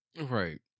Right